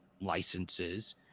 licenses